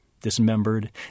dismembered